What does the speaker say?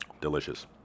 Delicious